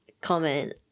comment